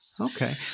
Okay